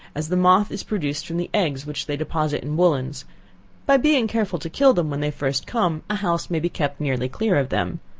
as the moth is produced from the eggs which they deposit in woollens by being careful to kill them when they first come, a house may be kept nearly clear of them.